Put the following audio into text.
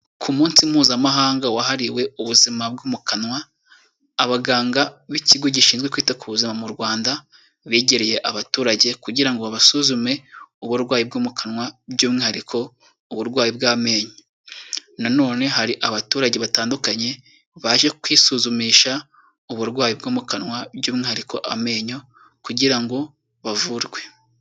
Ku munsi mpuzamahanga wahariwe ubuzima bwo mu kanwa, abaganga b'ikigo gishinzwe kwita ku buzima mu Rwanda begereye abaturage kugira ngo babasuzume uburwayi bwo mu kanwa by'umwihariko uburwayi bw'amenyo. Nanone hari abaturage batandukanye baje kwisuzumisha uburwayi bwo mu kanwa by'umwihariko amenyo kugira ngo bavurwe.